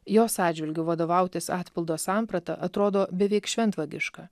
jos atžvilgiu vadovautis atpildo samprata atrodo beveik šventvagiška